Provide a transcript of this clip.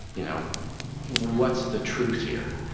you know what's the truth here?